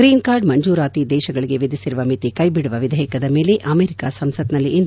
green card ಮಂಜೂರಾತಿ ದೇಶಗಳಗೆ ವಿಧಿಸಿರುವ ಮಿತಿ ಕ್ಷೆಬಿಡುವ ವಿಧೇಯಕದ ಮೇಲೆ ಅಮೆರಿಕಾ ಸಂಸತ್ನಲ್ಲಿಂದು ಮತದಾನ